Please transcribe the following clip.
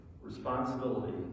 responsibility